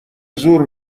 زور